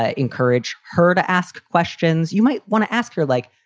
ah encourage her to ask questions. you might want to ask her, like,